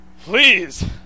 Please